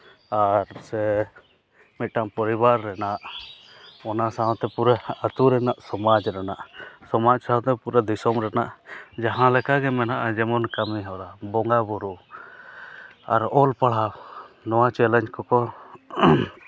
ᱟᱨ ᱥᱮ ᱢᱤᱫᱴᱟᱝ ᱯᱚᱨᱤᱵᱟᱨ ᱨᱮᱱᱟᱜ ᱚᱱᱟ ᱥᱟᱶᱛᱮ ᱯᱩᱨᱟᱹ ᱟᱹᱛᱩ ᱨᱮᱱᱟᱜ ᱥᱚᱢᱟᱡᱽ ᱨᱮᱱᱟᱜ ᱥᱚᱢᱟᱡᱽ ᱥᱟᱶᱛᱮ ᱯᱩᱨᱟᱹ ᱫᱤᱥᱚᱢ ᱨᱮᱱᱟᱜ ᱡᱟᱦᱟᱸᱞᱮᱠᱟ ᱜᱮ ᱢᱮᱱᱟᱜᱼᱟ ᱡᱮᱢᱚᱱ ᱠᱟᱹᱢᱤᱦᱚᱨᱟ ᱵᱚᱸᱜᱟ ᱵᱩᱨᱩ ᱟᱨ ᱚᱞ ᱯᱟᱲᱦᱟᱣ ᱱᱚᱣᱟ ᱪᱮᱞᱮᱧᱡᱽ ᱠᱚᱠᱚ